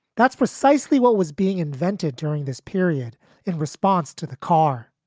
that's precisely what was being invented during this period in response to the car.